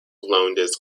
lowndes